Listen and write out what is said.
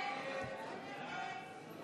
הסתייגות 47 לא נתקבלה.